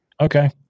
Okay